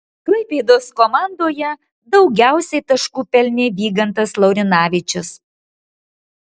klaipėdos komandoje daugiausiai taškų pelnė vygantas laurinavičius